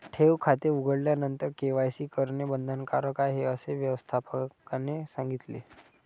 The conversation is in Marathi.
ठेव खाते उघडल्यानंतर के.वाय.सी करणे बंधनकारक आहे, असे व्यवस्थापकाने सांगितले